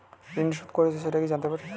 ঋণ শোধ করেছে সেটা কি জানতে পারি?